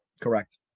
Correct